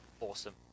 awesome